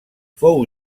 fou